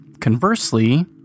conversely